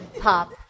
pop